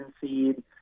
seed